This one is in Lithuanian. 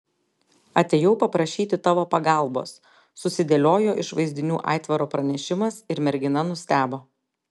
atėjau paprašyti tavo pagalbos susidėliojo iš vaizdinių aitvaro pranešimas ir mergina nustebo